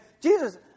Jesus